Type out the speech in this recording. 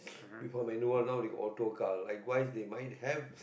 before manual now they got automatic car likewise they might have